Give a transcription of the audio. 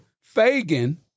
Fagan